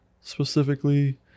specifically